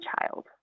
child